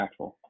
impactful